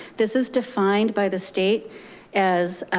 this is defined by the state as